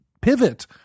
pivot